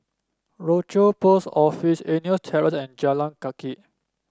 Rochor Post Office Eunos Terrace and Jalan Kathi